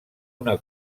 una